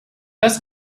das